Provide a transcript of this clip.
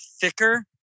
thicker